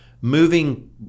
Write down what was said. moving